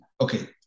okay